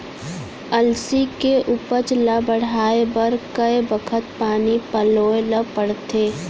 अलसी के उपज ला बढ़ए बर कय बखत पानी पलोय ल पड़थे?